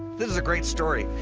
this is a great story.